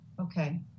Okay